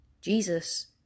Jesus